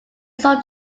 sold